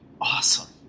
Awesome